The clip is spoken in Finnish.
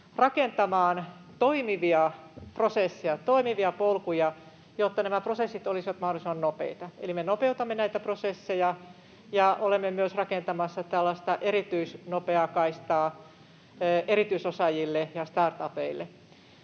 rakentamaan toimivia prosesseja, toimivia polkuja, jotta nämä prosessit olisivat mahdollisimman nopeita. Eli me nopeutamme näitä prosesseja ja olemme myös rakentamassa erityisnopeaa kaistaa erityisosaajille ja startupeille.